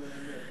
שהם,